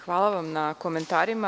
Hvala vam na komentarima.